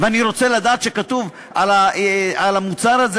ואני רוצה לדעת שכתוב על המוצר שהוא